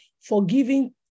forgiving